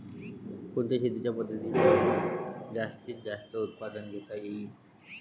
कोनच्या शेतीच्या पद्धतीपायी जास्तीत जास्त उत्पादन घेता येईल?